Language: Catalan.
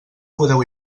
podeu